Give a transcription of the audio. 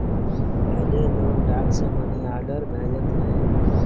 पहिले लोग डाक से मनीआर्डर भेजत रहे